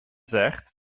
zegt